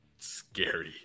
scary